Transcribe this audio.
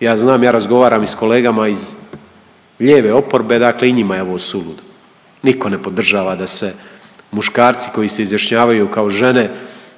ja znam, ja razgovaram i s kolegama iz lijeve oporbe, dakle i njima je ovo suludo, niko ne podržava da se muškarci koji se izjašnjavaju kao žene